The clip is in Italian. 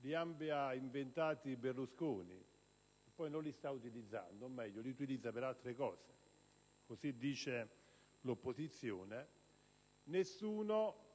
li avesse inventati Berlusconi e poi non li utilizzasse, o meglio, li utilizzasse per altre cose, come dice l'opposizione. Nessuno,